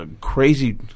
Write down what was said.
crazy